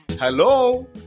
Hello